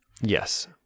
Yes